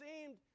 seemed